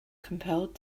compelled